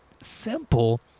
simple